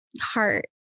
heart